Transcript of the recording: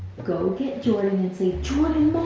go get jordyn and say,